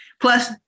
Plus